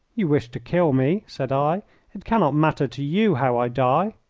you wish to kill me, said i it cannot matter to you how i die.